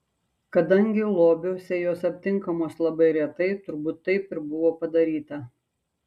kadangi lobiuose jos aptinkamos labai retai turbūt taip ir buvo padaryta